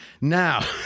Now